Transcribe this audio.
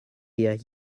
here